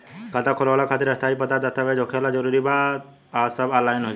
खाता खोलवावे खातिर स्थायी पता वाला दस्तावेज़ होखल जरूरी बा आ सब ऑनलाइन हो जाई?